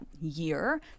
year